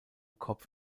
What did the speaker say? kopf